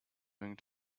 going